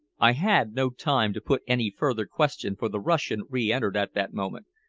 i had no time to put any further question, for the russian re-entered at that moment,